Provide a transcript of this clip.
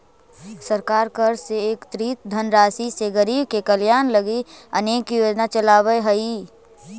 सरकार कर से एकत्रित धनराशि से गरीब के कल्याण लगी अनेक योजना चलावऽ हई